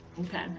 Okay